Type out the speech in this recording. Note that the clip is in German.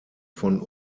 von